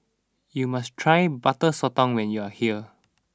you must try Butter Sotong when you are here